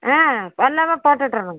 ஆ எல்லாமே போட்டு விட்டுறேங்க